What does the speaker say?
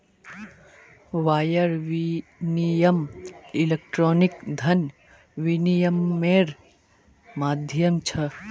wire विनियम electronic धन विनियम्मेर माध्यम छ